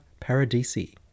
paradisi